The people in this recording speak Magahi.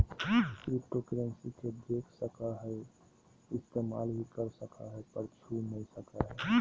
क्रिप्टोकरेंसी के देख सको हीयै इस्तेमाल भी कर सको हीयै पर छू नय सको हीयै